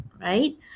right